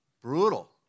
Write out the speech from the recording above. Brutal